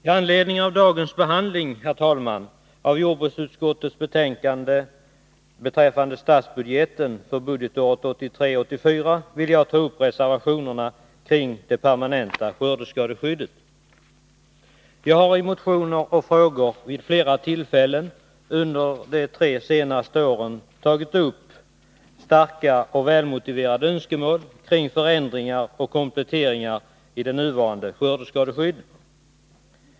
I anledning av dagens behandling av jordbruksutskottets betänkande beträffande statsbudgeten för budgetåret 1983/84 vill jag ta upp reservationerna kring det permanenta skördeskadeskyddet. Jag har i motioner och frågor vid flera tillfällen under de tre senaste åren tagit upp starka och välmotiverade önskemål kring förändringar och kompletteringar i det nuvarande skördeskadeskyddet.